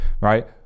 right